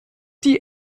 diese